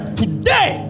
today